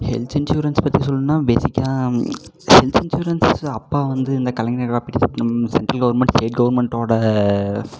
health இன்சூரன்ஸை பற்றி சொல்லணுன்னா பேஸிக்காக ஹெல்த் இன்சூரன்ஸு அப்பா வந்து இந்தக் கலைஞர் காப்பீட்டுத் திட்டம் சென்ட்ரல் கவர்மெண்ட் ஸ்டேட் கவர்மெண்ட்டோட